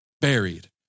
Buried